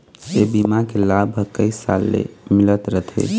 ए बीमा के लाभ ह कइ साल ले मिलत रथे